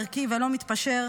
ערכי ולא מתפשר,